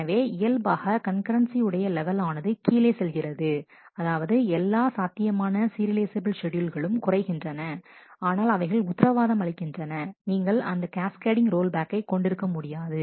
எனவே இயல்பாக கண்கரன்சி உடைய லெவல் ஆனது கீழே செல்கிறது அதாவது எல்லா சாத்தியமான சீரியலைசெபில் ஷெட்யூல்கலும் குறைகின்றன ஆனால் அவைகள் உத்திரவாதம் அளிக்கின்றன நீங்கள் அந்த கேஸ் கேடிங் ரோல் பேக்கை கொண்டிருக்க முடியாது